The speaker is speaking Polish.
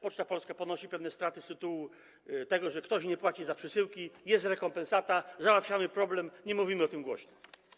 Poczta Polska ponosi pewne straty z tytułu tego, że ktoś nie płaci za przesyłki, jest rekompensata, załatwiamy problem, nie mówimy o tym głośno.